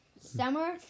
Summer